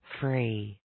Free